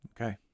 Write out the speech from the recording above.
Okay